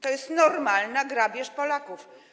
To jest normalna grabież Polaków.